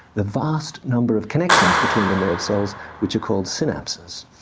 the vast number of connections between the nerve cells which are called synapses.